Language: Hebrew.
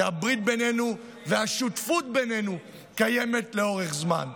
כי הברית בינינו והשותפות בינינו קיימות לאורך זמן.